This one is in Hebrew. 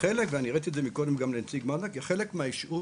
כחלק והראיתי את זה מקודם לנציג מד"א מהיישוב